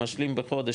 משלים בחודש,